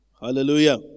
Hallelujah